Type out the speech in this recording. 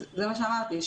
זה מה שאמרתי,